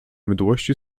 mdłości